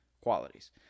qualities